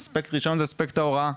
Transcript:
האספקט הראשון הוא אספקט ההוראה,